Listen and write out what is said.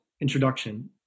introduction